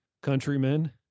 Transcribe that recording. Countrymen